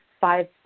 five